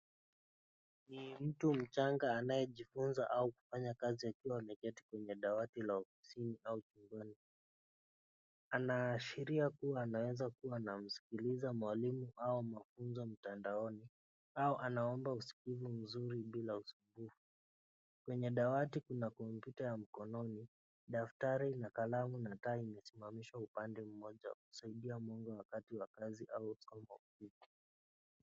Ni mtu mchanga anayejifunza au kufanya kazi akiwa ameketi kwenye dawati la ofisini au ukumbini. Anaashiria kuwa anaweza kuwa anamsikiliza mwalimu au mafunzo mtandaoni au anaomba usikivu mzuri bila usumbufu. Kwenye dawati kuna kompyuta ya mkononi, daftari na kalamu na taa imesimamishwa upande mmoja kusaidia muundo wakati wa kazi au...